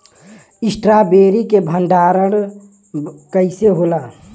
Strawberry के भंडारन कइसे होला?